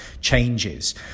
changes